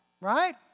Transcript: right